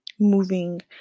moving